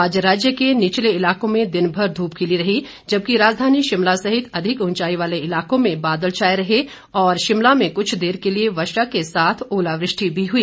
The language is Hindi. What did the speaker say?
आज राज्य के निचले इलाकों में दिनभर धूप खिली रही जबकि राजधानी शिमला सहित अधिक ऊंचाई वाले इलाकों में बादल छाए रहे और शिमला में कुछ देर के लिए वर्षा के साथ ओलावृष्टि भी हुई